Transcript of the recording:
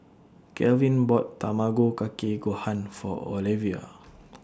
Calvin bought Tamago Kake Gohan For Olevia